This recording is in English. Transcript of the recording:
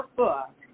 book